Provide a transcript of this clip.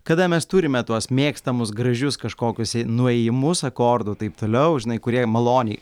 kada mes turime tuos mėgstamus gražius kažkokius nuėjimus akordų taip toliau žinai kurie maloniai